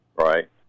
Right